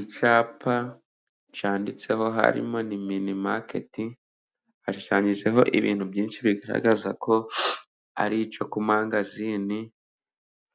Icyapa cyanditseho harimoni minimaketi. Hashushanyijeho ibintu byinshi bigaragaza ko ari icyo ku mangazini,